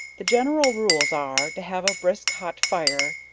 the general rules are, to have a brisk hot fire,